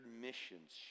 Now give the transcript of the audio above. missions